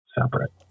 separate